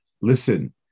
listen